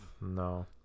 No